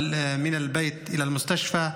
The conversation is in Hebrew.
(אומר דברים בשפה הערבית,